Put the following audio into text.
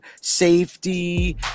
safety